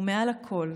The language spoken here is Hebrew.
ומעל הכול,